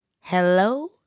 hello